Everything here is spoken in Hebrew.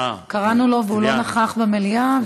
קראנו לו והוא לא נכח במליאה,